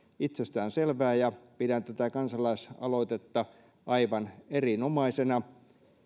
itsestäänselvää ja pidän tätä kansalaisaloitetta aivan erinomaisena